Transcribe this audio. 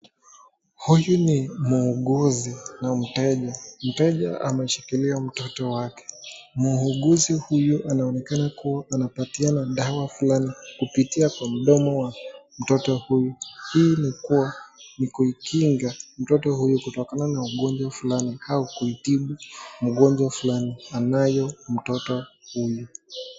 Huyu ni muuguzi na mteja. Mteja ameshikilia mtoto wake, muuguzi huyu anaonekana kuwa anapatiana dawa fulani kupitia kwa mdomo wa mtoto huyu. Hii ni kuwa ni kumkinga mtoto huyu kutokana na ugonjwa fulani au kumtibu mgonjwa fulani anayo mtoto huyu.